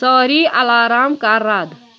سٲری الارام کر رد